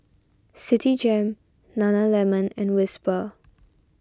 Citigem Nana Lemon and Whisper